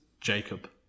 Jacob